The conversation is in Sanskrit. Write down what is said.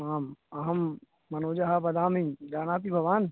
आम् अहं मनोजः वदामि जानाति भवान्